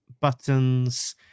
buttons